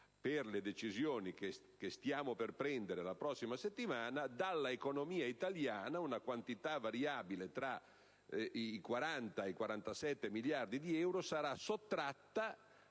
per le decisioni che stiamo per prendere la prossima settimana, dall'economia italiana una quantità variabile tra i 40 ed i 47 miliardi di euro sarà sottratta